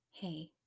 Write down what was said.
Hey